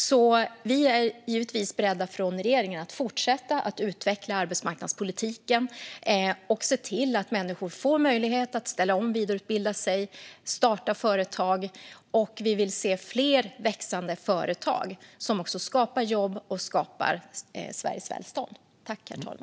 Regeringen är givetvis beredd att fortsätta utveckla arbetsmarknadspolitiken och se till att människor får möjlighet att ställa om, vidareutbilda sig och starta företag. Vi vill se fler växande företag som skapar jobb och som skapar välstånd i Sverige.